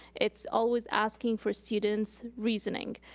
it's always asking for students' reasoning.